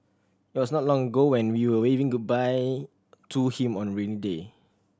it was not long ago when we were waving goodbye to him on rainy day